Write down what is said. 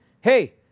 Hey